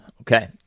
Okay